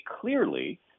clearly